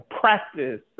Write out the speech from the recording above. practice